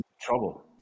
trouble